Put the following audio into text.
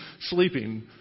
sleeping